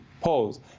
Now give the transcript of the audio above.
polls